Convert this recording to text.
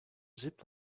zip